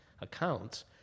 accounts